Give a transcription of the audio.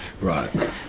Right